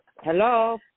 hello